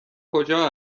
کجا